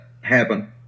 happen